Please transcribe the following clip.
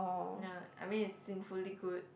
ya I mean is sinfully good